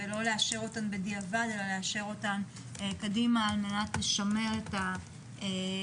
ולא לאשר אותן בדיעבד; לאשר אותן קדימה על מנת לשמר את הפיקוח